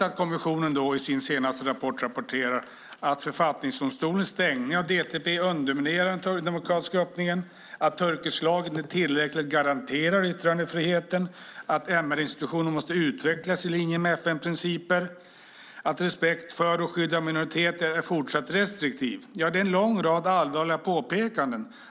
Men kommissionen rapporterar i sin senaste rapport att författningsdomstolens stängning av DTP underminerar den demokratiska öppningen, att turkisk lag inte tillräckligt garanterar yttrandefriheten, att MR-institutioner måste utvecklas i linje med FN-principer och att respekt för och skydd av minoriteter fortsatt är restriktiv. Ja, det är en lång rad allvarliga påpekanden.